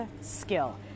skill